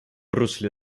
русле